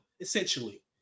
essentially